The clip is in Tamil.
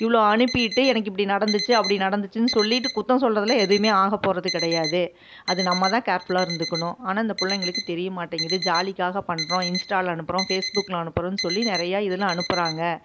இவ்வளோ அனுப்பிவிட்டு எனக்கு இப்படி நடந்துச்சு அப்படி நடந்துச்சின்னு சொல்லிவிட்டு குத்தம் சொல்லுறதுல எதுவுமே ஆக போறது கிடையாது அது நம்ம தான் கேர்ஃபுல்லாக இருந்துக்கணும் ஆனால் இந்த பிள்ளைங்களுக்கு தெரிய மாட்டேங்கிது ஜாலிக்காக பண்ணுறோம் இன்ஸ்ட்டாவில அனுப்புறோம் ஃபேஸ்புக்கில் அனுப்புறோன்னு சொல்லி நிறையா இதெல்லாம் அனுப்புறாங்க